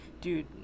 Dude